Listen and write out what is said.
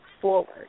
forward